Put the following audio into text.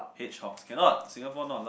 hedgehogs cannot Singapore not allowed